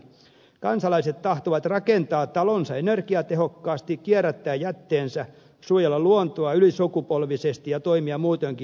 kansalaiset tahtovat rakentaa talonsa energiatehokkaasti kierrättää jätteensä suojella luontoa ylisukupolvisesti ja toimia muutoinkin järkevästi